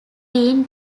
been